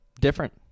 Different